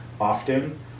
often